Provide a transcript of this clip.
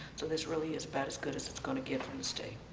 so this really is about as good as it's going to get from the state.